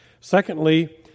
Secondly